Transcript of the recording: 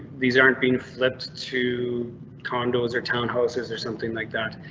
these aren't being flipped two condos or townhouses or something like that.